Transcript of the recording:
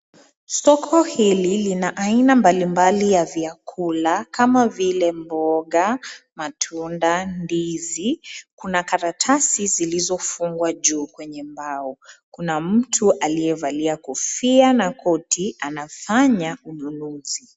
Soko hili lina aina mbalimbali ya vyakula, kama vile mboga, matunda ndizi. Kuna karatasi zilizofungwa juu kwenye mbao. Kuna mtu aliyevalia kofia na koti anafanya ununuzi.